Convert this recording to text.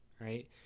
right